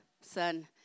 son